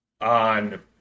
on